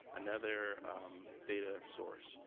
another data source,